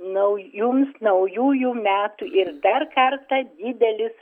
nauj jums naujųjų metų ir dar kartą didelis